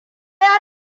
ya